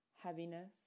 heaviness